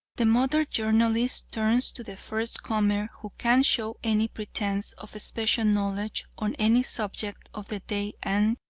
the modern journalist turns to the first comer who can show any pretence of special knowledge on any subject of the day and,